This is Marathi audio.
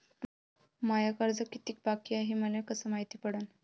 माय कर्ज कितीक बाकी हाय, हे मले कस मायती पडन?